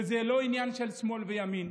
וזה לא עניין של שמאל וימין.